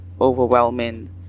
overwhelming